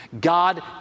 God